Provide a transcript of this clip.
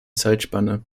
zeitspanne